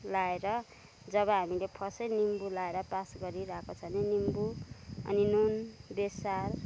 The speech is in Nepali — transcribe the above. लाएर जब हामीले फर्स्टमै निम्बू लाएर पास गरिराखेको छ भने निम्बू अनि नुन बेसार